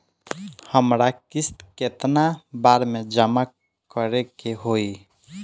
हमरा किस्त केतना बार में जमा करे के होई?